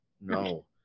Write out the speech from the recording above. no